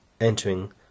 entering